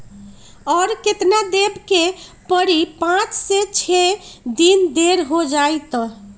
और केतना देब के परी पाँच से छे दिन देर हो जाई त?